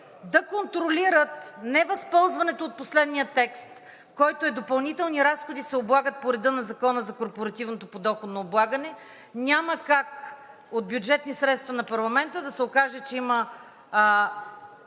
да контролират невъзползването от последния текст, който е: „допълнителни разходи се облагат по реда на Закона за корпоративното подоходно облагане“. Няма как от бюджетни средства на парламента да се окаже, че има